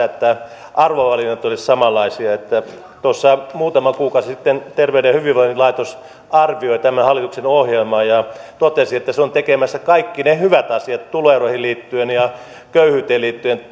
että arvovalinnat olisivat samanlaisia tuossa muutama kuukausi sitten terveyden ja hyvinvoinnin laitos arvioi tämän hallituksen ohjelmaa ja totesi että se on tekemässä tyhjiksi omilla toimillaan kaikki ne hyvät asiat tuloeroihin ja köyhyyteen liittyen